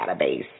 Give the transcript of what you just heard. database